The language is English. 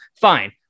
Fine